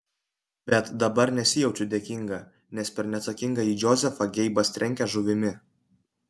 bet dabar nesijaučiu dėkinga nes per neatsakingąjį džozefą geibas trenkia žuvimi